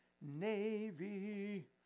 navy